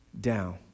down